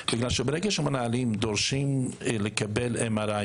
בגלל שברגע שמנהלים דורשים לקבל MRI,